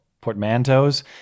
Portmanteaus